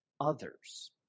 others